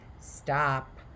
stop